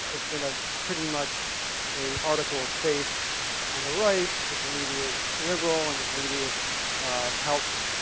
it's been ah pretty much a article of faith on the right that the media is liberal and that media helps